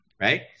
Right